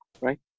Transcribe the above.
right